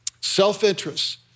Self-interest